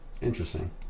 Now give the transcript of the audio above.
Interesting